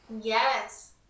Yes